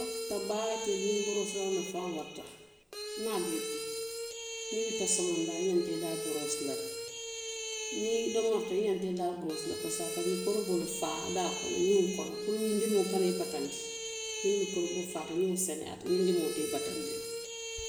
Ta baake ñiŋ doofeŋo nafaa warata niŋ a be i bulu, niŋ i wulita somondaa i ñanta i daa boroosi la le niŋ i domorita, i ñanta i daa boroosi la le pasiko a ka mikorooboo le faa kono, ñiŋo kono puru ñiŋ dimiŋo kana i bataandi, ŋiŋ mikorooboo faata, ñiŋo seneyaata ñiŋ dimiñiŋo te i bataandi la.